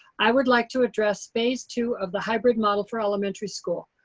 i would like to address phase two of the hybrid model for elementary school.